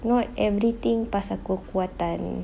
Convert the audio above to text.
not everything pasal kekuatan